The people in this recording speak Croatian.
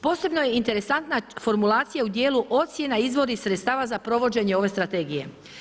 Posebno je interesantna formulacija u dijelu ocjena, izvori i sredstava za provođenje ove strategije.